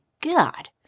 God